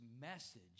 message